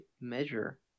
measure